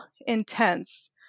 intense